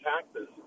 taxes